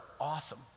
awesome